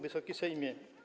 Wysoki Sejmie!